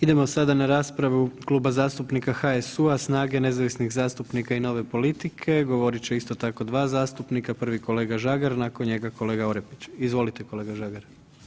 Idemo sada na raspravu Kluba zastupnika HSU-a, SNAGA-e, nezavisnih zastupnika i nove politike, govorit će isto tako dva zastupnika, prvi je kolega Žagar, nakon njega kolega Orepić, izvolite kolega Žagar.